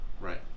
right